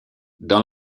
dans